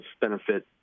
benefit